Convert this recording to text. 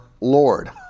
Lord